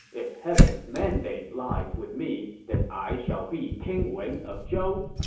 if heaven's mandate lies with me, then i shall be king wen of zhou?